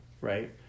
right